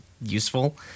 useful